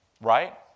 Right